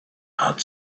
had